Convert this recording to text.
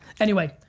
anyway,